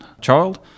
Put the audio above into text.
child